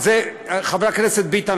חבר הכנסת ביטן,